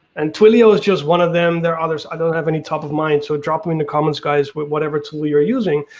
and twilio is just one of them, there are others, i don't have any top of mind, so drop them in the comments guys, whatever tool you're using.